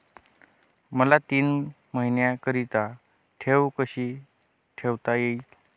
मला तीन महिन्याकरिता ठेव कशी ठेवता येईल?